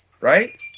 right